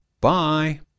Bye